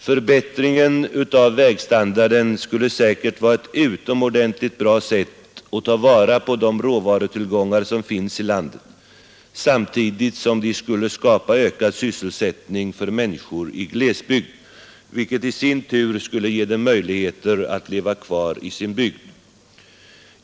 Förbättring av vägstandarden skulle säkert vara ett utomordentligt bra sätt att ta vara på de råvarutillgångar som finns i landet, samtidigt som det skulle skapa ökad sysselsättning i glesbygder, vilket i sin tur skulle ge människorna där möjlighet att leva kvar i sin bygd.